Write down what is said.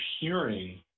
hearing